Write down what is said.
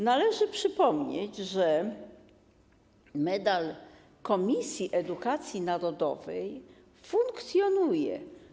Należy przypomnieć, że Medal Komisji Edukacji Narodowej funkcjonuje.